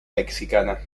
mexicana